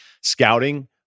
scouting